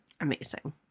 Amazing